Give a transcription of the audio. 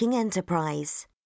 enterprise